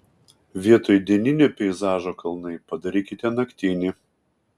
vietoj dieninio peizažo kalnai padarykite naktinį